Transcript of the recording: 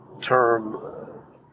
term